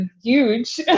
huge